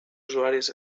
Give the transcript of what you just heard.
usuaris